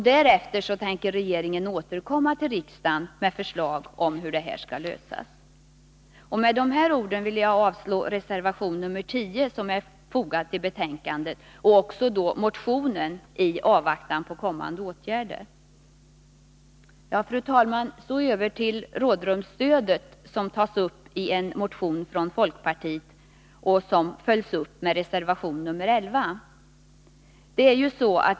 Därefter tänker regeringen återkomma till riksdagen med förslag till hur det hela skall lösas. Med dessa ord vill jag yrka avslag på reservation 10, som är fogad till betänkandet, och också på motionen — i avvaktan på kommande åtgärder. Fru talman! Så över till rådrumsstödet, som tas upp i en motion från folkpartiet och följs upp i reservation 11.